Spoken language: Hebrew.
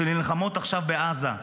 שנלחמות עכשיו בעזה,